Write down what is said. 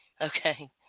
Okay